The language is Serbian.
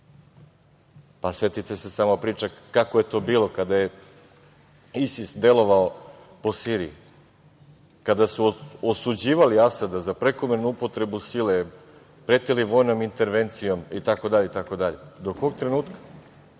loše. Setite se samo kako je to bilo kada je ISIS delovao po Siriji, kada su osuđivali Asada za prekomernu upotrebu sile, pretili vojnom intervencijom itd. Do kog trenutka?